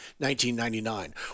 1999